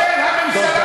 זה לא מקובל